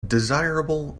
desirable